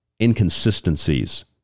inconsistencies